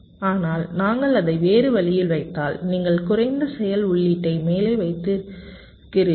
ஆனால் நாங்கள் அதை வேறு வழியில் வைத்தால் நீங்கள் குறைந்த செயல் உள்ளீட்டை மேலே வைத்திருக்குறீர்கள்